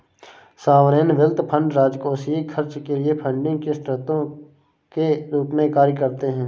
sovereign wealth fund राजकोषीय खर्च के लिए फंडिंग के स्रोत के रूप में कार्य करते हैं